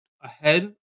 ahead